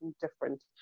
different